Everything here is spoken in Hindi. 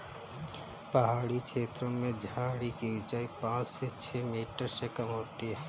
पहाड़ी छेत्रों में झाड़ी की ऊंचाई पांच से छ मीटर से कम होती है